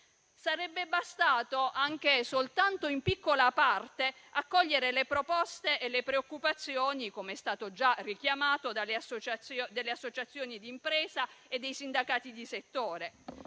Sarebbe bastato, anche soltanto in piccola parte, accogliere le proposte e le preoccupazioni, come è stato già richiamato, delle associazioni di impresa e dei sindacati di settore.